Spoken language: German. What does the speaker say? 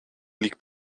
liegt